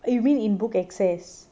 you mean in book excess